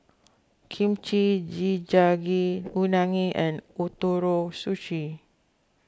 Kimchi Jjigae Unagi and Ootoro Sushi